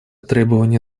требования